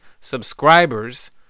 subscribers